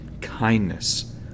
kindness